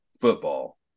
football